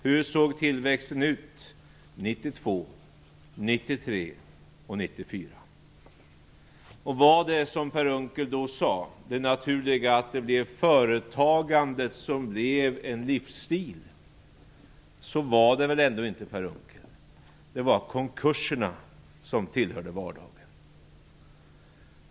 Hur såg tillväxten ut 1992, 1993 och 1994? Var det naturliga, som Per Unckel sade, att företagandet blev en livsstil? Så var det väl ändå inte, Per Unckel. Det var konkurserna som tillhörde vardagen.